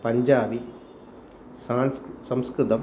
पञ्जाबि सान्स् संस्कृतम्